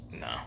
No